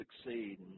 succeed